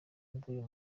bw’uyu